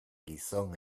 gizon